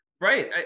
Right